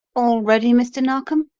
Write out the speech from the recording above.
all ready, mr. narkom?